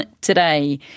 today